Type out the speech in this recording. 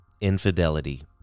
infidelity